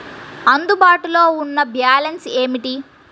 అందుబాటులో ఉన్న బ్యాలన్స్ ఏమిటీ?